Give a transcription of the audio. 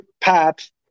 paths